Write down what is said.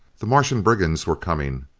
the martian brigands were coming.